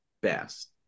best